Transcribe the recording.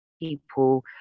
people